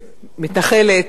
מתנחלת.